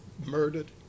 murdered